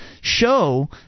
show